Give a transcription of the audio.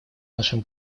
нашем